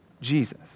Jesus